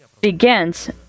begins